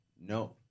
no